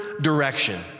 direction